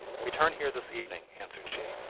return here this evening answered she,